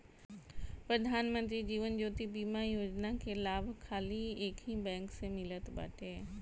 प्रधान मंत्री जीवन ज्योति बीमा योजना कअ लाभ खाली एकही बैंक से मिलत बाटे